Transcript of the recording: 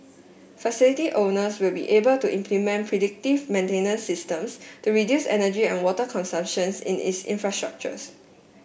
facility owners will be able to implement predictive maintenance systems to reduce energy and water consumption in its infrastructures